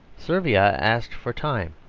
servia asked for time,